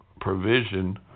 provision